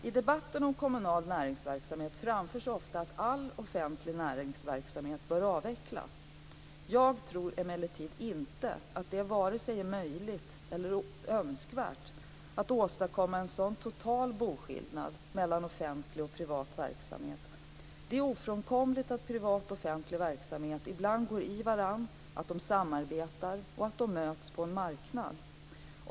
I debatten om kommunal näringsverksamhet framförs ofta att all offentlig näringsverksamhet bör avvecklas. Jag tror emellertid inte att det vare sig är möjligt eller önskvärt att åstadkomma en sådan total boskillnad mellan offentlig och privat verksamhet. Det är ofrånkomligt att privat och offentlig verksamhet ibland går i varandra, att de samarbetar och att de möts på en marknad.